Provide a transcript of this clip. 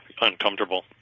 uncomfortable